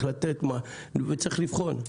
וצריך לבחון,